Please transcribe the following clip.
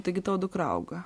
taigi tavo dukra auga